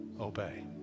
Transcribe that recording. obey